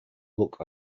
look